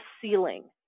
ceiling